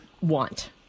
want